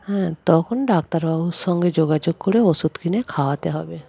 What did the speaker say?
হ্যাঁ তখন ডাক্তারবাবুর সঙ্গে যোগাযোগ করে ওষুধ কিনে খাওয়াতে হবে